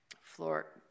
floor